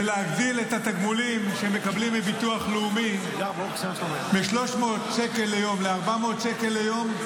להגדיל את התגמולים שמקבלים מביטוח לאומי מ-300 שקל ליום ל-400 שקל ליום,